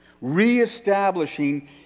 Reestablishing